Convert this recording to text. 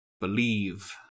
believe